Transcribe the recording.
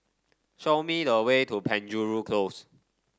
show me the way to Penjuru Close